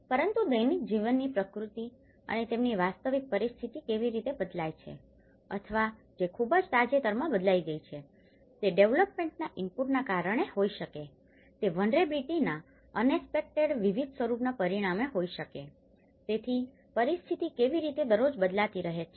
પરંતુ દૈનિક જીવનીની પ્રકૃતિ અને તેમની વાસ્તવિક પરિસ્થિતિ કેવી રીતે બદલાય છે અથવા જે ખૂબ જ તાજેતરમાં બદલાઈ ગઈ છે તે ડેવેલપમેન્ટના ઇનપુટના કારણે હોઈ શકે છે તે વલ્નરેબીલીટી ના અનેક્સ્પેક્ટેડ વિવિધ સ્વરૂપોના પરિણામે હોઈ શકે છે તેથી પરિસ્થિતિ કેવી રીતે દરરોજ બદલાતી રહે છે